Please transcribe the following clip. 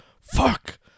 Fuck